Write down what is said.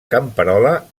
camperola